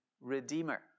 redeemer